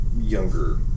younger